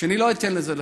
שאני לא אתן לזה לקרות.